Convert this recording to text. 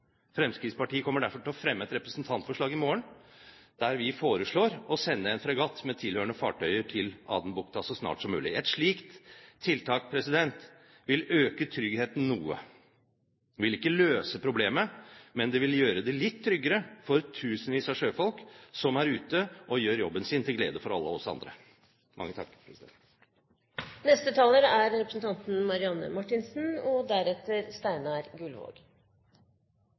Fremskrittspartiet kommer derfor til å fremme et representantforslag i morgen, der vi foreslår å sende en fregatt med tilhørende fartøyer til Adenbukta så snart som mulig. Et slikt tiltak vil øke tryggheten noe. Det vil ikke løse problemet, men det vil gjøre det litt tryggere for tusenvis av sjøfolk som er ute og gjør jobben sin, til glede for alle oss andre.